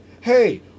Hey